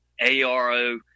ARO